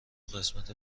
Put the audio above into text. قسمت